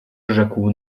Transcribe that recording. rzekł